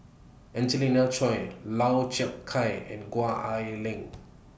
Angelina Choy Lau Chiap Khai and Gwee Ah Leng